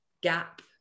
gap